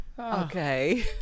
Okay